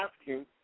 asking